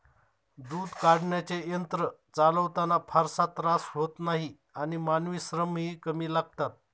दूध काढण्याचे यंत्र चालवताना फारसा त्रास होत नाही आणि मानवी श्रमही कमी लागतात